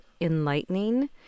enlightening